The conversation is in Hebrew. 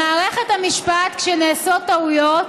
במערכת המשפט, כשנעשות טעויות,